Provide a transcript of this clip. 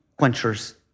quenchers